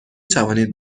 توانید